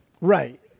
right